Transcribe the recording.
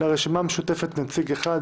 לרשימה המשותפת נציג אחד,